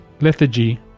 lethargy